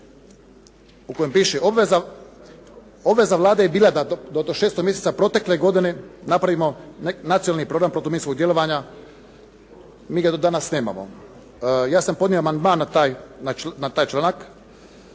U kojem piše: "obveza Vlade je bila da do 6 mjeseca protekle godine napravimo Nacionalni program protuminskog djelovanja". Mi ga do danas nemamo. Ja sam podnio amandman na taj članak